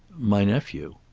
my nephew.